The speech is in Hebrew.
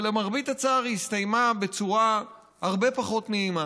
אבל למרבה הצער היא הסתיימה בצורה הרבה פחות נעימה: